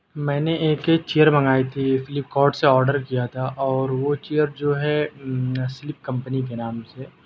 میں نے A K chair منگائی تھی فلپکارٹ سے آڈر کیا تھا اور وہ چیئر جو ہے سلپ کمپنی کے نام سے